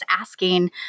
asking